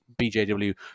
bjw